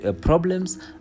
problems